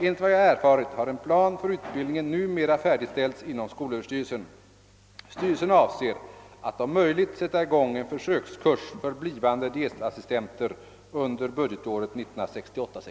Enligt vad jag erfarit har en plan för utbildningen numera färdigställts inom skolöverstyrelsen. Styrelsen avser att om möjligt sätta i gång en försökskurs för blivande dietassistenter under budgetåret 1968/69.